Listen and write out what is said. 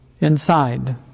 inside